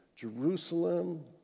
Jerusalem